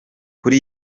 kuri